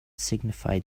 signified